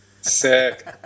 Sick